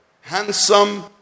Handsome